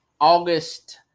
August